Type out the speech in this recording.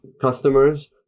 customers